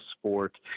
sport